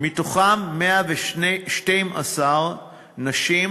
112 על-ידי נשים,